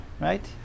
right